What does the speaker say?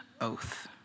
oath